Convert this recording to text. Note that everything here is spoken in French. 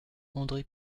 andré